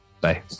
Bye